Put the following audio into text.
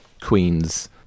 Queen's